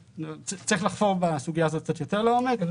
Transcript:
צריך לחפור בסוגיה הזאת קצת יותר לעומק.